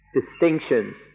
distinctions